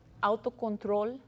autocontrol